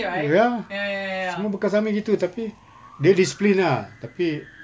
ya semua bekas army gitu tapi dia disciplined lah tapi